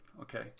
Okay